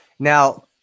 Now